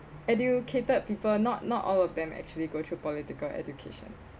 educated people not not all of them actually go through political education